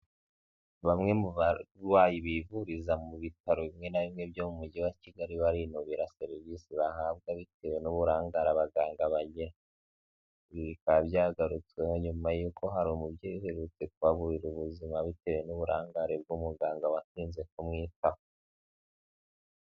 Bamwe mu barwayi bivuriza mu bitaro bimwe na bimwe byo mu Mujyi wa Kigali, barinubira serivisi bahabwa bitewe n'uburangare abaganga bagira. Ibi bikaba byagarutsweho nyuma y'uko hari umubyeyi uherutse kuhaburira ubuzima, bitewe n'uburangare bw'umuganga watinze kumwitaho.